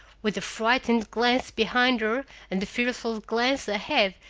with a frightened glance behind her and a fearful glance ahead,